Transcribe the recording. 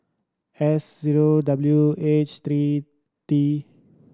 S zero W H three T